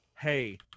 hey